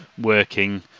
working